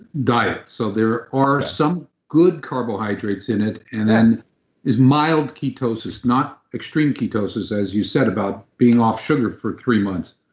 diet. so there are some good carbohydrates in it. and then is mild ketosis, not extreme ketosis as you said about being off sugar for three months.